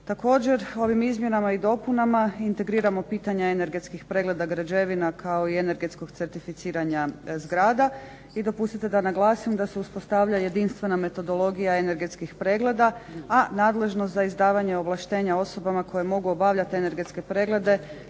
Također ovim izmjenama i dopunama integriramo pitanja energetskih pregleda građevina kao i energetskog certificiranja zgrada i dopustite da naglasim da se uspostavlja jedinstvena metodologija energetskih pregleda, a nadležnost za izdavanje ovlaštenja osobama koje mogu obavljati energetske preglede